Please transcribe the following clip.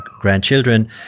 grandchildren